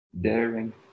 daring